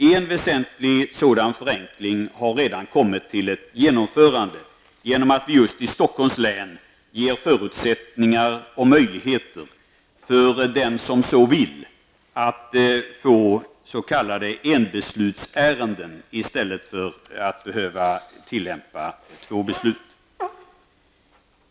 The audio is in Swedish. En väsentlig sådan förenkling har redan kommit till genomförande, genom att vi just i Stockholms län ger förutsättningar och möjligheter för den som så vill att utnyttja regeln för s.k. enbeslutsärende i stället för att behöva tillämpa två beslut.